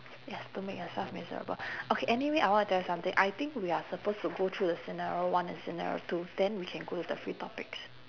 yes don't make yourself miserable okay anyway I want to tell you something I think we are supposed to go through the scenario one and scenario two then we can go with the free topics